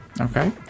Okay